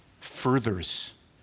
furthers